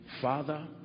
father